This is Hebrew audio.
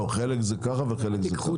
לא, חלק זה כך וחלק זה כך.